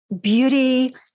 beauty